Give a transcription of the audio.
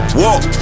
walk